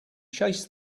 chased